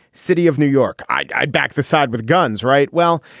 city of new york. i back the side with guns, right? well,